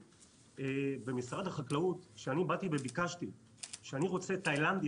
כאשר ביקשתי במשרד החקלאות לקבל עובד תאילנדי,